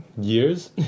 years